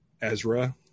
Ezra